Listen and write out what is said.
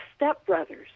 stepbrothers